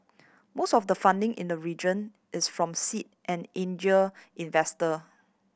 most of the funding in the region is from seed and angel investor